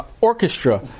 Orchestra